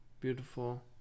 beautiful